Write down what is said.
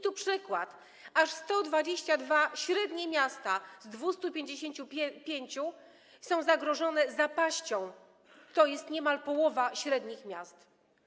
Tu przykład: aż 122 średnie miasta z 255 są zagrożone zapaścią, to jest niemal połowa średnich miast.